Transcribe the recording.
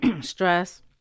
Stress